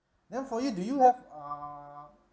then for you do you have err